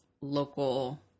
local